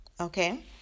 Okay